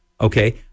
Okay